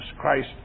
Christ